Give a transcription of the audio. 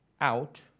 out